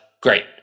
Great